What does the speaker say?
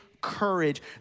courage